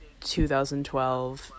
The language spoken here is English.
2012